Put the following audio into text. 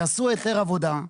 יעשו היתר עבודה,